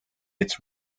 its